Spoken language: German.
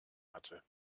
hatte